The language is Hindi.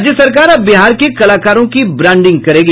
राज्य सरकार अब बिहार के कलाकारों की ब्रांडिंग करेगी